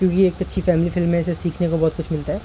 کیونکہ ایک اچھی فیملی فلم ہے اس سے سیکھنے کو بہت کچھ ملتا ہے